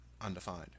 undefined